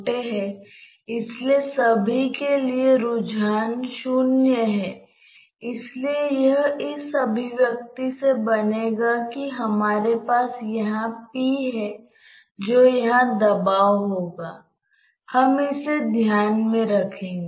तो आइए हम पहले यह समझने की कोशिश करें कि क्या हो रहा है